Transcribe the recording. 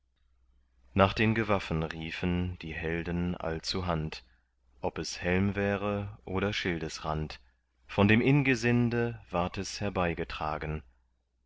nach den gewaffen riefen die helden allzuhand ob es helm wäre oder schildesrand von dem ingesinde ward es herbeigetragen